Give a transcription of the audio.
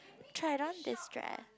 tried on this dress